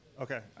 Okay